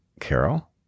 Carol